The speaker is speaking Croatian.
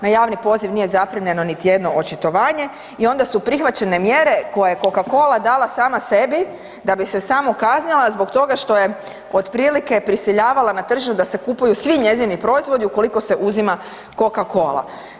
Na javni poziv nije zaprimljeno niti jedno očitovanje i onda su prihvaćene mjere koje je Coca-Cola dala sam sebi da bi se samokaznila zbog toga što je otprilike prisiljavala na tržište da se kupuju svi njezini proizvodi ukoliko se uzima coca cola.